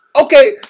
Okay